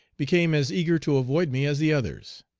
became as eager to avoid me as the others.